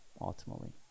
ultimately